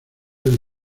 del